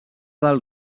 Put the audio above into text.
del